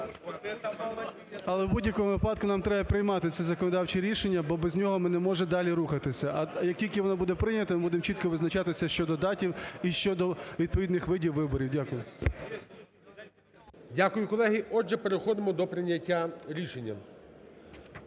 Але в будь-якому випадку нам треба приймати це законодавче рішення, бо без нього ми не можемо далі рухатися. А як тільки воно буде прийняте, ми будемо чітко визначатися щодо дат і щодо відповідних видів виборів. Дякую. ГОЛОВУЮЧИЙ. Дякую, колеги. Отже, переходимо до прийняття рішення.